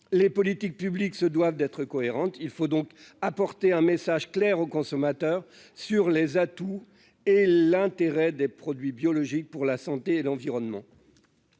les politiques publiques se doivent d'être cohérente, il faut donc apporter un message clair aux consommateurs sur les atouts et l'intérêt des produits biologiques pour la santé et l'environnement.